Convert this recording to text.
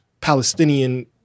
Palestinian